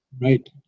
right